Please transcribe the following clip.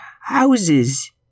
houses